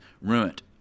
ruined